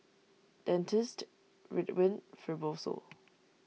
Dentiste Ridwind Fibrosol